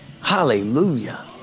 Hallelujah